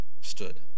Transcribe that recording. stood